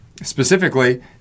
specifically